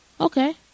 Okay